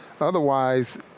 Otherwise